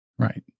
Right